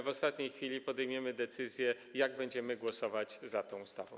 W ostatniej chwili podejmiemy decyzję, jak będziemy głosować nad tą ustawą.